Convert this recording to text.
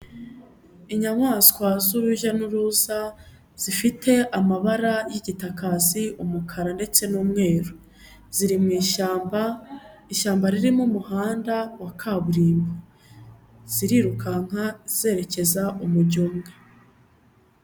Inyamaswa z'urujya n'urusa, zifite amabara y'igitagazi, umukara ndetse n'umweru, ziri mu ishyamba, ishyamba ririmo umuhanda wa kaburimbo, zirirukanka zerekeza umujyo umwe.